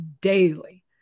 daily